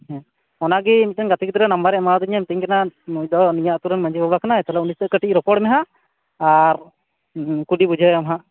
ᱦᱮᱸ ᱚᱱᱟᱜᱤ ᱢᱤᱫᱴᱟ ᱝ ᱜᱟᱛᱮ ᱜᱤᱫᱽᱨᱟᱹ ᱱᱟᱢᱵᱟᱨᱮ ᱮᱢᱟ ᱫᱤᱧᱟ ᱢᱮᱛᱟ ᱧ ᱠᱟᱱᱟ ᱱᱩᱭᱫᱚ ᱱᱤᱭᱟᱹ ᱟ ᱛᱩᱨᱮᱱ ᱢᱟ ᱡᱷᱤ ᱵᱟᱵᱟ ᱠᱟᱱᱟᱭ ᱪᱚᱞᱚ ᱩᱱᱤᱥᱟᱜ ᱠᱟ ᱴᱤᱡ ᱨᱚᱯᱚᱲ ᱢᱮ ᱱᱟᱜ ᱟᱨ ᱠᱩᱞᱤ ᱵᱩᱡᱷᱟ ᱣᱮᱢ ᱦᱟᱸᱜ